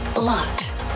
Locked